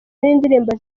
n’indirimbo